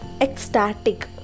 ecstatic